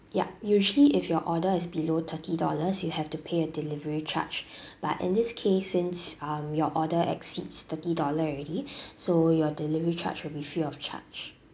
yup usually if your order is below thirty dollars you have to pay a delivery charge but in this case since um your order exceeds thirty dollar already so your delivery charge will be free of charge